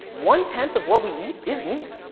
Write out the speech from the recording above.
one tenth of what we eat is meat.